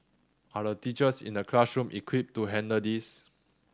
are the teachers in the classroom equipped to handle this